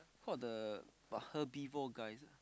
called the what herbivore guys ah